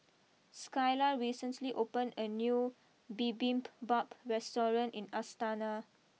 Skyla recently opened a new Bibimbap restaurant in Astana